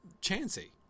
chancy